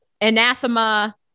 anathema